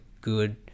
good